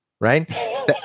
Right